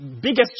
biggest